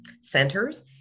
centers